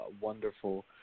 wonderful